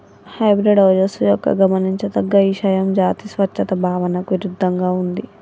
hybrid ఓజస్సు యొక్క గమనించదగ్గ ఇషయం జాతి స్వచ్ఛత భావనకు ఇరుద్దంగా ఉంది